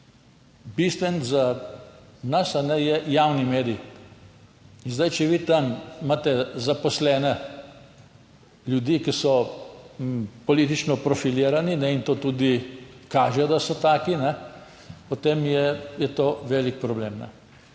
Bistven za nas je javni medij. In zdaj, če vi tam imate zaposlene ljudi, ki so politično profilirani, in to tudi kažejo da so taki, potem je to velik problem.